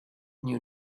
knew